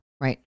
right